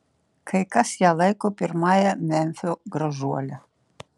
kai kas ją laiko pirmąja memfio gražuole